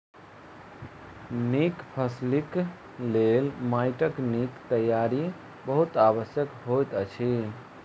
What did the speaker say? नीक फसिलक लेल माइटक नीक तैयारी बहुत आवश्यक होइत अछि